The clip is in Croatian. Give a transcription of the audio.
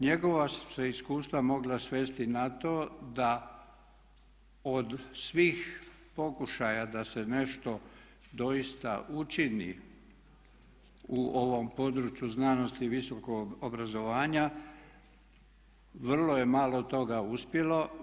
Njegova su se iskustva mogla svesti na to da od svih pokušaja da se nešto doista učini u ovom području znanosti i visokog obrazovanja vrlo je malo toga uspjelo.